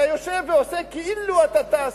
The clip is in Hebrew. אתה יושב ועושה כאילו אתה טס.